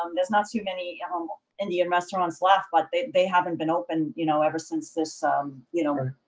um there's not too many um ah indian restaurants left but they they haven't been open, you know, ever since this um you know,